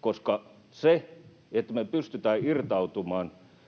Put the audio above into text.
Koska se, että me pystytään irtautumaan